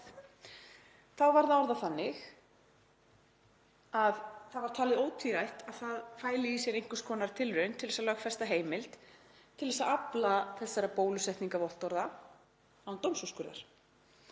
Þá var það orðað þannig að það var talið ótvírætt að það fæli í sér einhvers konar tilraun til að lögfesta heimild til þess að afla þessara bólusetningarvottorða án dómsúrskurðar.